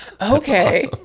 okay